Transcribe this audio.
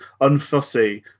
unfussy